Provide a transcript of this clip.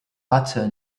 butter